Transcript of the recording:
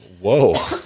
Whoa